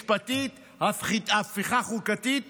משפטית, הפיכה חוקתית